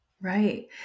Right